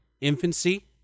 infancy